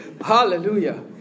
Hallelujah